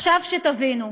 עכשיו, תבינו.